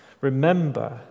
Remember